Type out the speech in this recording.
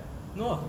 no ah